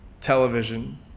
television